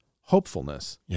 hopefulness